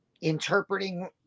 interpreting